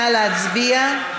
נא להצביע.